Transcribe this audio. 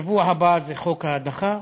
בשבוע הבא זה חוק ההדחה,